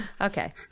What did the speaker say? Okay